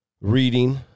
reading